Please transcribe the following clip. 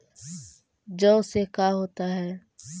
जौ से का होता है?